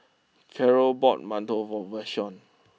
Carrol bought Mantou for Vashon